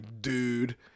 dude